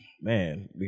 Man